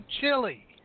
chili